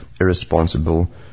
irresponsible